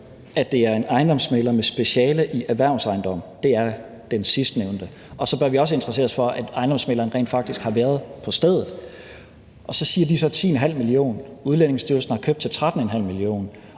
at det er en ejendomsmægler med speciale i erhvervsejendomme. Det er den sidstnævnte. Og for det andet synes jeg, at vi også bør interessere os for, at ejendomsmægleren rent faktisk har været på stedet. Så siger de så 10,5 mio. kr. Udlændingestyrelsen har købt til 13,5 mio.